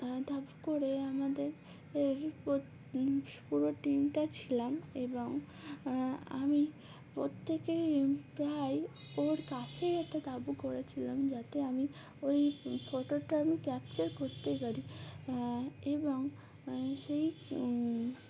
তাাবু করে আমাদের এর পুরো টিমটা ছিলাম এবং আমি প্রত্যেকেই প্রায় ওর কাছেই একটা দাবু করেছিলাম যাতে আমি ওই ফটোটা আমি ক্যাপচার করতেই পারি এবং সেই